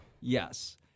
Yes